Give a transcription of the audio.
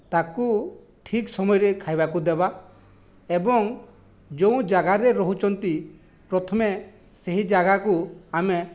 ତାକୁ ଠିକ୍ ସମୟରେ ଖାଇବାକୁ ଦେବା ଏବଂ ଯେଉଁ ଜାଗାରେ ରହୁଛନ୍ତି ପ୍ରଥମେ ସେହି ଜାଗାକୁ ଆମେ